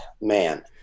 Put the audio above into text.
man